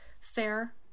fair